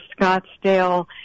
Scottsdale